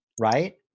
right